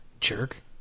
Jerk